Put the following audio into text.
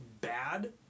bad